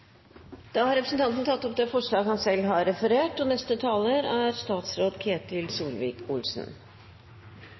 Da har representanten Hege Jensen tatt opp det forslaget hun selv har referert.